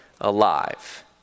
alive